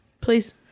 Please